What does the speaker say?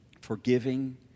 forgiving